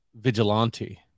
Vigilante